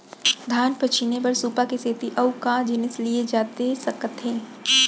धान पछिने बर सुपा के सेती अऊ का जिनिस लिए जाथे सकत हे?